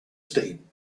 steam